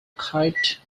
kite